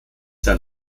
sehr